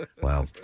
Wow